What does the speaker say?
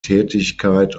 tätigkeit